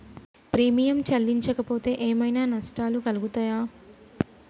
Premium చెల్లించకపోతే ఏమైనా నష్టాలు కలుగుతయా?